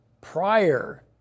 prior